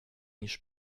niż